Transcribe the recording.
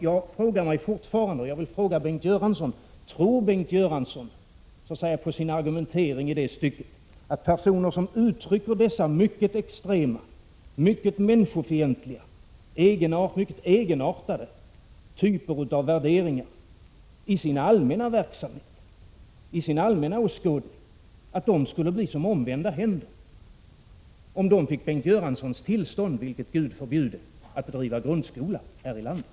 Jag frågar mig fortfarande, och jag vill ställa frågan till Bengt Göransson: Tror Bengt Göransson på sin argumentering i det stycket, att personer som uttrycker de här aktuella, extrema, människofientliga och mycket egenartade typerna av värderingar i sin allmänna verksamhet och i sin åskådning skulle bli som en omvänd hand om de fick Bengt Göranssons tillstånd — vilket Gud förbjude! — att driva grundskola här i landet?